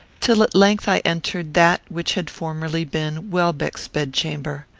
till at length i entered that which had formerly been welbeck's bedchamber.